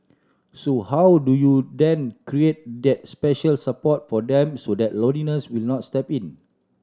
so how do you then create that special support for them so that loneliness will not step in